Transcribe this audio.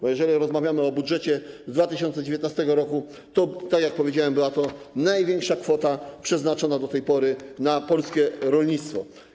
Bo jeżeli rozmawiamy o budżecie 2019 r., to, tak jak powiedziałem, była to największa kwota przeznaczona do tej pory na polskie rolnictwo.